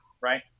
right